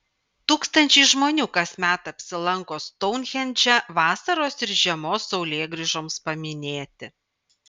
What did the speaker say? tūkstančiai žmonių kasmet apsilanko stounhendže vasaros ir žiemos saulėgrįžoms paminėti